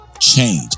change